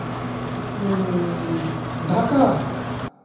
Dhaka